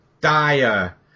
dire